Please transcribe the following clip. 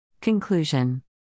Conclusion